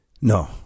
no